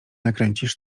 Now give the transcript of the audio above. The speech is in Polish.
nakręcisz